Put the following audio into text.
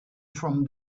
from